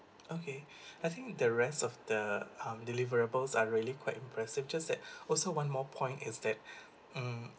okay I think the rest of the um deliverables are really quite impressive just that also one more point is that mm